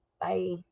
Bye